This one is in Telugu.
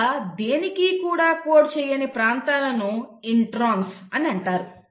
ఇలా దేనికి కూడా కోడ్ చెయ్యని ప్రాంతాలను ఇంట్రాన్స్అని అంటారు